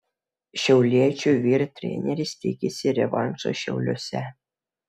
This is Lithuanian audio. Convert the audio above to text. šiauliečių vyr treneris tikisi revanšo šiauliuose